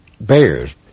bears